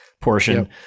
Portion